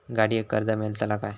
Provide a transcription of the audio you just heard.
गाडयेक कर्ज मेलतला काय?